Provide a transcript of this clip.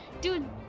Dude